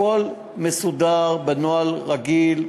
הכול מסודר בנוהל רגיל,